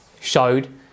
showed